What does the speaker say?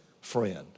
friend